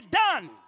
done